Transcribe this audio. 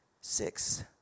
six